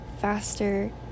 faster